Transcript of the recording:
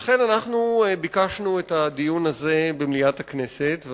לכן ביקשנו את הדיון הזה במליאת הכנסת,